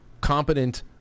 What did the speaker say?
competent